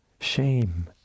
shame